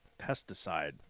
pesticide